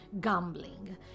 gambling